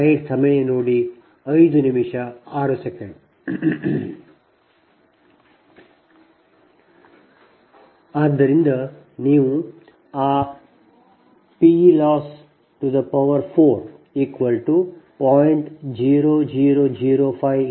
ಆದ್ದರಿಂದ ಇದರೊಂದಿಗೆ ನೀವು ಆ p loss 0